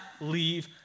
leave